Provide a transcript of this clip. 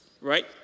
right